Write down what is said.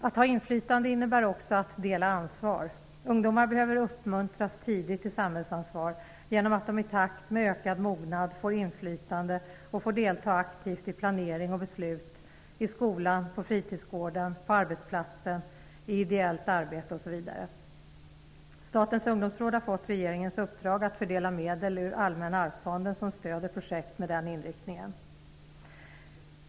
Att ha inflytande innebär också att dela ansvar. Ungdomar behöver tidigt uppmuntras till samhällsansvar genom att de i takt med ökad mognad får inflytande och aktivt får delta i planering och beslut i skolan, på fritidsgården, på arbetsplatsen, i ideellt arbete osv. Statens ungdomsråd har fått regeringens uppdrag att fördela medel ur Allmänna arvsfonden, som stöder projekt med den inriktningen.